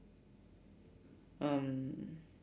um